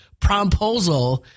promposal